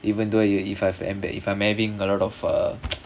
even though i~ if I'm if I'm having a lot of uh